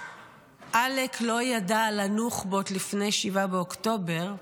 שעלק לא ידע על הנוח'בות לפני 7 באוקטובר.